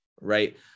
right